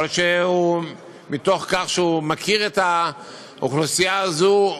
יכול להיות שמתוך כך שהוא מכיר את האוכלוסייה הזו,